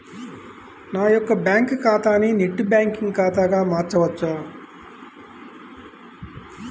నా యొక్క బ్యాంకు ఖాతాని నెట్ బ్యాంకింగ్ ఖాతాగా మార్చవచ్చా?